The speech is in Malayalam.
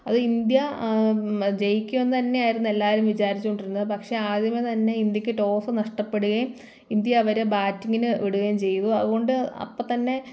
അത് ഇന്ത്യ ജയിക്കുമെന്ന് തന്നെയായിരുന്നു എല്ലാവരും വിചാരിച്ചുകൊണ്ടിരുന്നത് പക്ഷേ ആദ്യമേ തന്നെ ഇന്ത്യയ്ക് ടോസ്സ് നഷ്ടപ്പെടുകയും ഇന്ത്യ അവരെ ബാറ്റിംഗിന് വിടുകയും ചെയ്തു അതുകൊണ്ട് അപ്പം തന്നെ